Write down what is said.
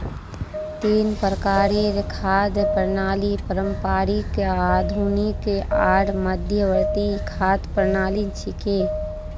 तीन प्रकारेर खाद्य प्रणालि पारंपरिक, आधुनिक आर मध्यवर्ती खाद्य प्रणालि छिके